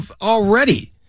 already